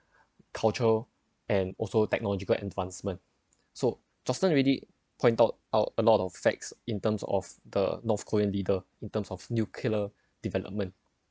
cultural and also technological advancement so justin already pointed out a lot of facts in terms of the north korean leader in terms of nuclear development